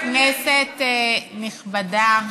כנסת נכבדה,